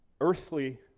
earthly